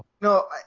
no